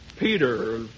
Peter